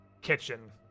kitchen